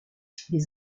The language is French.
les